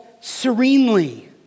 serenely